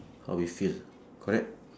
how we feel correct